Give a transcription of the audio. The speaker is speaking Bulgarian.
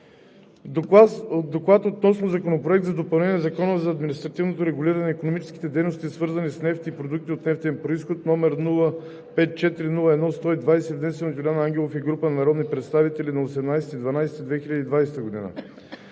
„ДОКЛАД относно Законопроект за допълнение на Закона за административното регулиране на икономическите дейности, свързани с нефт и продукти от нефтен произход, № 054-01-120, внесен от Юлиан Ангелов и група народни представители на 18 декември